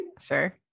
sure